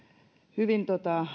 hyvin